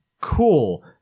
cool